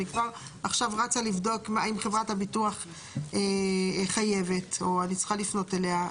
אני כבר עכשיו רצה לבדוק אם חברת הביטוח חייבת או אני צריכה לפנות אליה.